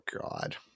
God